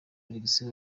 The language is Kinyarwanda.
alexis